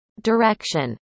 direction